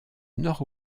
nord